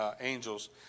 angels